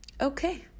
okay